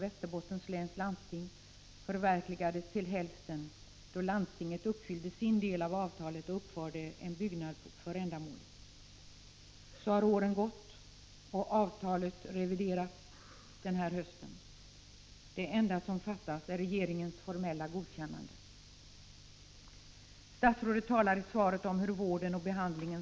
Dessutom har detta förhållande lett till att domstolarna fått lov att visa stor återhållsamhet när det gäller begäran om rättspsykiatrisk utredning.